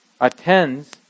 attends